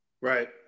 Right